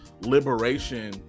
liberation